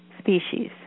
species